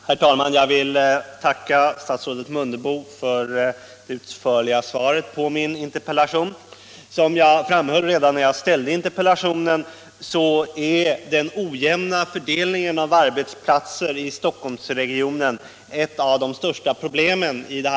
Herr talman! Jag vill tacka statsrådet Mundebo för det utförliga svaret på min interpellation. Som jag framhöll redan när jag väckte interpellationen är den ojämna fördelningen av arbetsplatser i Stockholmsregionen ett av de största problemen i området.